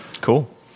cool